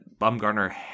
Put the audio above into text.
Bumgarner